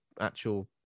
actual